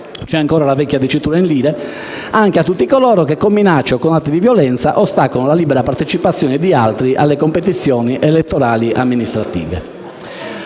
c'è ancora la vecchia dicitura in lire - a lire 4.000.000) anche a tutti coloro che, con minacce o con atti di violenza, ostacolano la libera partecipazione di altri alle competizioni elettorali amministrative.